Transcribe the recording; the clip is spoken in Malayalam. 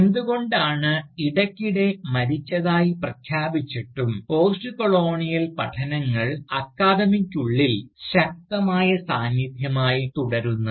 എന്തുകൊണ്ടാണ് ഇടയ്ക്കിടെ മരിച്ചതായി പ്രഖ്യാപിച്ചിട്ടും പോസ്റ്റ്കൊളോണിയൽ പഠനങ്ങൾ അക്കാദമിക്കുള്ളിൽ ശക്തമായ സാന്നിധ്യമായി തുടരുന്നുത്